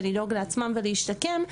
ולדאוג לעצמן ולהשתקם,